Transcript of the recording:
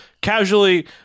casually